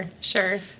sure